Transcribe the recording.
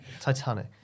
Titanic